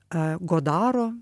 a godaro